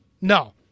No